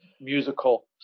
musical